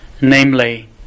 namely